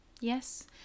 Yes